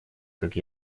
как